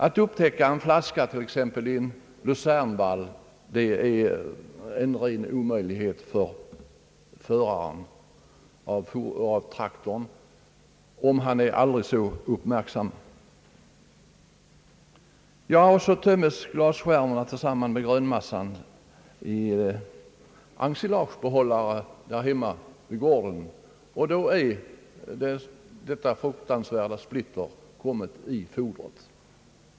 Att upptäcka en flaska, t.ex. i en luzernvall, är en ren omöjlighet för traktorföraren, om han än är aldrig så uppmärksam. Så töms skärvorna tillsammans med grönmassan i ensilagebehållaren vid gården, och då har det fruktansvärda splittret kommit i fodret.